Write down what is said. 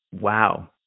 wow